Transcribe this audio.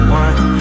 one